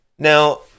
Now